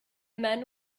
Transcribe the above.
men